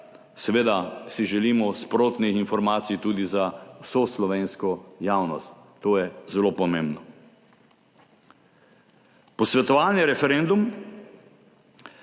Seveda si želimo sprotnih informacij tudi za vso slovensko javnost. To je zelo pomembno. Posvetovalni referendum